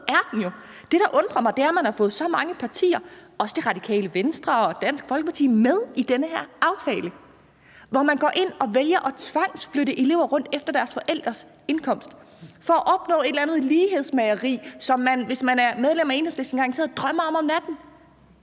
Det, der undrer mig, er, at man har fået så mange partier, også Radikale Venstre og Dansk Folkeparti, med i den her aftale, hvor man går ind og vælger at tvangsflytte elever rundt efter deres forældres indkomst for at opnå et eller andet lighedsmageri, som man, hvis man er medlem af Enhedslisten, garanteret drømmer om om natten.